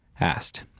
asked